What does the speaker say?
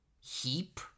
heap